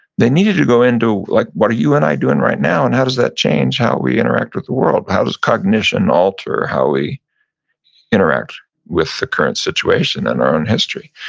they needed to go into like, what are you and i doing right now? and how does that change how we interact with the world? how does cognition alter how we interact with the current situation in and our own history?